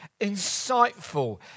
insightful